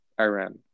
Iran